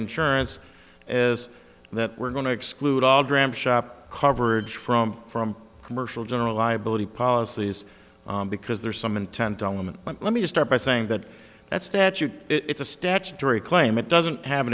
insurance is that we're going to exclude all dram shop coverage from from commercial general liability policies because there's some intent element but let me start by saying that that statute it's a statutory claim it doesn't have a